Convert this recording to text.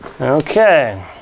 Okay